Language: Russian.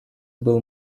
был